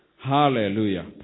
Hallelujah